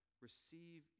receive